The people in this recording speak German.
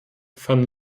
van